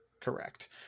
correct